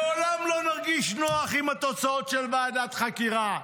לעולם לא נרגיש נוח עם התוצאות של ועדת חקירה.